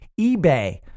eBay